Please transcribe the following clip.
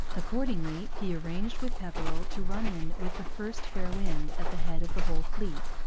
accordingly he arranged with pepperrell to run in with the first fair wind, at the head of the whole fleet,